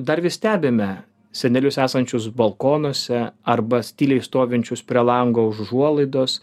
dar vis stebime senelius esančius balkonuose arba tyliai stovinčius prie lango užuolaidos